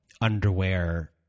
underwear